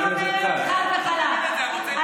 אני אומרת חד וחלק: